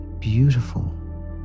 beautiful